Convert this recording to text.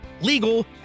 legal